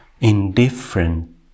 indifferent